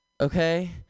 Okay